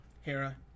Hera